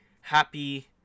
happy